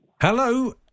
Hello